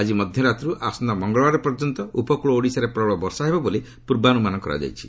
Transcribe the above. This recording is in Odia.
ଆଜି ମଧ୍ୟରାତ୍ରରୁ ଆସନ୍ତା ମଙ୍ଗଳବାର ପର୍ଯ୍ୟନ୍ତ ଉପକୃଳ ଓଡ଼ିଶାରେ ପ୍ରବଳ ବର୍ଷା ହେବ ବୋଲି ପୂର୍ବାନୁମାନ କରାଯାଇଛି